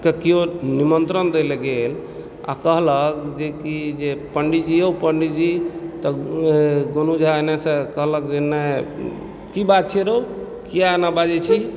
के किओ निमन्त्रण दै ले गेल आ कहलक जे कि जे पण्डीजी यौ पण्डीजी तऽ गोनू झा एनैसँ कहलक जे नहि की बात छियै रौ किया एना बाजैत छिही